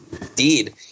Indeed